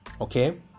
Okay